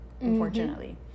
unfortunately